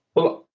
well,